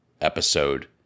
episode